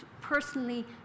personally